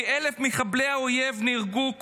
כ-1,000 מחבלי האויב נהרגו,